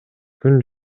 күн